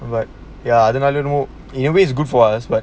but ya அதுனாலயோஎன்னமோ:athunaalayo ennamo you always good for us but